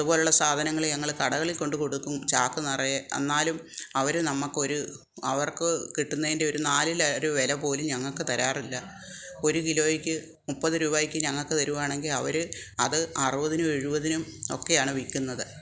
അതുപോലുള്ള സാധനങ്ങൾ ഞങ്ങൾ കടകളിൽ കൊണ്ട് കൊടുക്കും ചാക്കുനിറയെ എന്നാലും അവർ നമുക്ക് ഒരു അവർക്ക് കിട്ടുന്നതിൻ്റെ ഒരു നാലിൽ ഒരു വില പോലും ഞങ്ങൾക്ക് തരാറില്ല ഒരു കിലോയ്ക്ക് മുപ്പത് രൂപയ്ക്ക് ഞങ്ങൾക്ക് തരുവാണെങ്കിൽ അവർ അത് അറുപതിനും എഴുപതിനും ഒക്കെയാണ് വിൽക്കുന്നത്